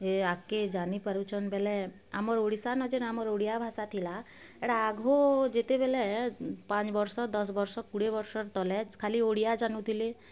ଏ ଆଗ୍କେ ଜାଣିପାରୁଛନ୍ ବେଲେ ଆମର ଓଡ଼ିଶା ନ ଯେନ୍ ଆମର ଓଡ଼ିଆ ଭାଷା ଥିଲା ଏଟା ଆଘ ଯେତେବେଲେ ପାଞ୍ଚ୍ ବର୍ଷ ଦଶ୍ ବର୍ଷ କୁଡ଼େ ବର୍ଷ ତଲେ ଖାଲି ଓଡ଼ିଆ ଜାନୁଥିଲେ